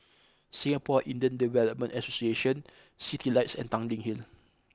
Singapore Indian Development Association Citylights and Tanglin Hill